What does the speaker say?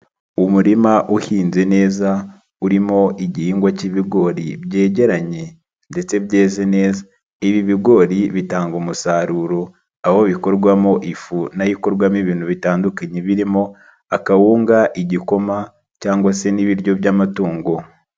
Umurima uhinze neza, urimo igihingwa cy'ibigori byegeranye ndetse byeze neza. Ibi bigori bitanga umusaruro, aho bikorwamo ifu nayo ikorwamo ibintu bitandukanye birimo; akawunga, igikoma cg se n'ibiryo by'amatungo.